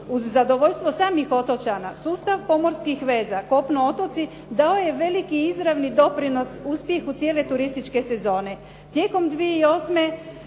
Uz zadovoljstvo samih otočana, sustav pomorskih veza kopno-otoci dao je veliki izravni doprinos uspjehu cijele turističke sezone. Tijekom 2008.